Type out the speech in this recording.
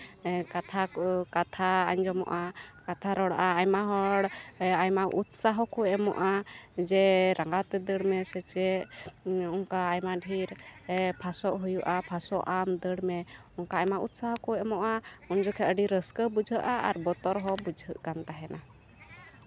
ᱠᱟᱛᱷᱟ ᱠᱚ ᱠᱟᱛᱷᱟ ᱟᱸᱡᱚᱢᱚᱜᱼᱟ ᱠᱟᱛᱷᱟ ᱨᱚᱲᱚᱜᱼᱟ ᱟᱭᱢᱟ ᱦᱚᱲ ᱟᱭᱢᱟ ᱩᱛᱥᱟᱦᱚ ᱠᱚ ᱮᱢᱚᱜᱼᱟ ᱡᱮ ᱨᱟᱸᱜᱟᱣ ᱛᱮ ᱫᱟᱹᱲ ᱢᱮᱥᱮ ᱪᱮᱫ ᱚᱱᱠᱟ ᱟᱭᱢᱟ ᱰᱷᱮᱨ ᱯᱷᱟᱥᱚᱜ ᱦᱩᱭᱩᱜᱼᱟ ᱯᱷᱟᱥᱚᱜᱼᱟᱢ ᱫᱟᱹᱲ ᱢᱮ ᱚᱱᱠᱟ ᱟᱭᱢᱟ ᱩᱛᱥᱟᱦᱚ ᱠᱚ ᱮᱢᱚᱜᱼᱟ ᱩᱱ ᱡᱚᱠᱷᱚᱱ ᱟᱹᱰᱤ ᱨᱟᱹᱥᱠᱟᱹ ᱵᱩᱡᱷᱟᱹᱜᱼᱟ ᱟᱨ ᱵᱚᱛᱚᱨ ᱦᱚᱸ ᱵᱩᱡᱷᱟᱹᱜ ᱠᱟᱱ ᱛᱟᱦᱮᱱᱟ